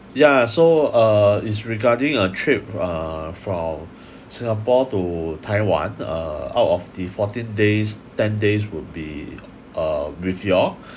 yeah so uh it's regarding a trip uh from singapore to taiwan uh out of the fourteen days ten days would be uh with you all